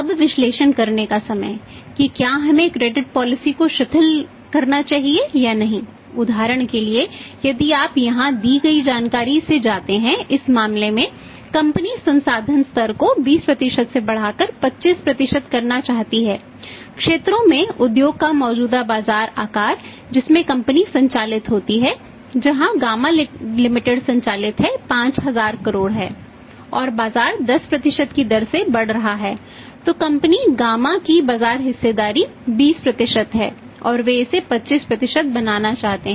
अब विश्लेषण करने के समय कि क्या हमें क्रेडिट पॉलिसी गामा की बाजार हिस्सेदारी 20 है और वे इसे 25 बनाना चाहते हैं